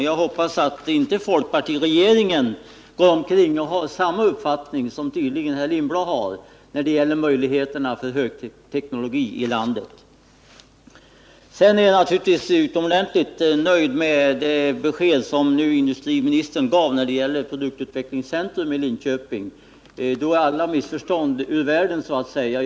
Jag hoppas att inte folkpartiregeringen går omkring och har samma uppfattning som tydligen Hans Lindblad har när det gäller möjligheterna för högteknologin i landet. Jag är utomordentligt nöjd med det besked som industriministern gav när det gäller ett produktutvecklingscentrum i Linköping. Då är alla missförstånd så att säga ur bilden.